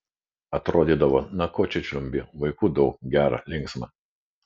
atrodydavo na ko čia žliumbti vaikų daug gera linksma